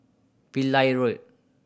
Pillai Road